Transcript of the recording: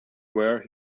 were